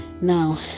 Now